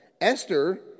Esther